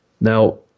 Now